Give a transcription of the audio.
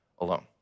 alone